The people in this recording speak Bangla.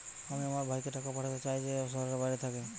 আমি আমার ভাইকে টাকা পাঠাতে চাই যে শহরের বাইরে থাকে